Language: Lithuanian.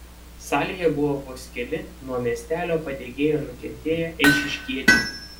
salėje buvo vos keli nuo miestelio padegėjo nukentėję eišiškiečiai